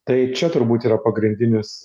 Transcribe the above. tai čia turbūt yra pagrindinis